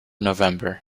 november